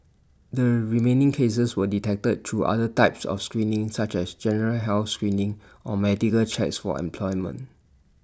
the remaining cases were detected through other types of screening such as general health screening or medical checks for employment